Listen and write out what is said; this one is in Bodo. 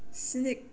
स्नि